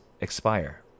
expire